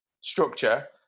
structure